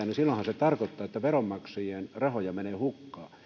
niin silloinhan se tarkoittaa että veronmaksajien rahoja menee hukkaan